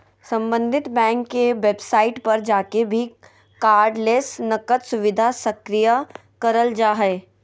सम्बंधित बैंक के वेबसाइट पर जाके भी कार्डलेस नकद सुविधा सक्रिय करल जा हय